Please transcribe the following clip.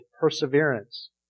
perseverance